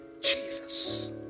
Jesus